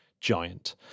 giant